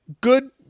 good